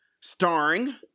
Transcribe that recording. starring